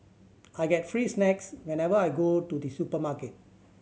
I get free snacks whenever I go to the supermarket